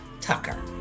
Tucker